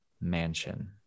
mansion